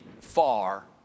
far